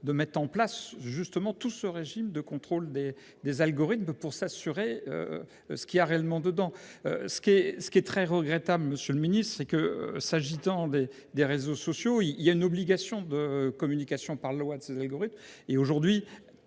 de mettre en place justement tout ce régime de contrôle des des algorithmes pour s'assurer. Ce qui a réellement dedans. Ce qui est ce qui est très regrettable. Monsieur le Ministre, c'est que s'agitant des des réseaux sociaux il y a une obligation de communication par la loi de ses algorithmes